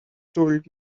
told